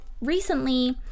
recently –